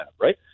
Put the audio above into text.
right